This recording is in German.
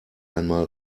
einmal